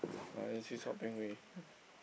uh and then this is called Ping Wei